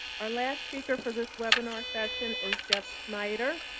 our last speaker for this webinar session is jeff snyder.